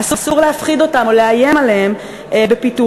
אסור להפחיד אותם או לאיים עליהם בפיטורים,